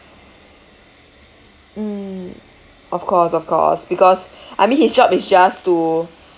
mm of cause of cause because I mean his job is just to